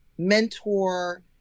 mentor